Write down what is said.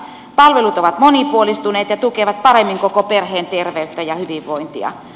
palvelut ovat monipuolistuneet ja tukevat paremmin koko perheen terveyttä ja hyvinvointia